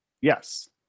Yes